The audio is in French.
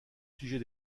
sujet